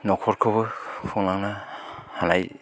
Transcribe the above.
न'खरखौबो खुंलांनो हानाय